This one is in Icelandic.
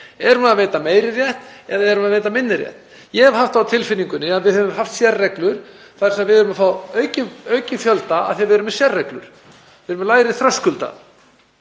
Erum við að veita meiri rétt eða erum við að veita minni rétt? Ég hef haft það á tilfinningunni að við höfum haft sérreglur þar sem við erum að fá aukinn fjölda af því við erum með sérreglur, með lægri þröskulda.